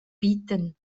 bieten